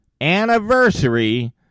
anniversary